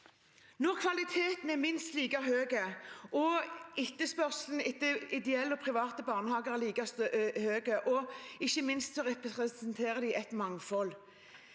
Når kvaliteten er minst like høy og etterspørselen etter ideelle og private barnehager er like høy, og ikke minst representerer et mangfold,